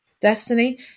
Destiny